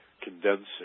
condensing